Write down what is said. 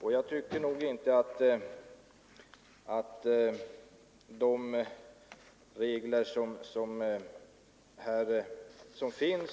Jag tycker inte att de regler om begränsning av besöksrätten som finns